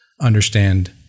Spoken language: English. understand